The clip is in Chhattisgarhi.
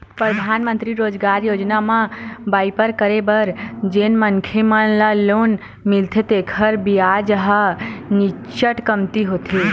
परधानमंतरी रोजगार योजना म बइपार करे बर जेन मनखे मन ल लोन मिलथे तेखर बियाज ह नीचट कमती होथे